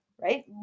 right